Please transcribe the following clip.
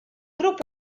grupp